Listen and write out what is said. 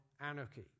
anarchy